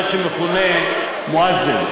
מה שמכונה מואזין.